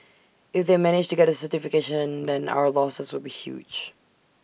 if they managed to get the certification then our losses would be huge